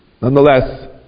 nonetheless